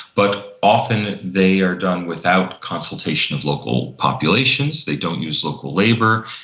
but often they are done without consultation of local populations, they don't use local labour,